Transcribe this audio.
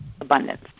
abundance